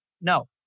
No